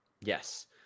Yes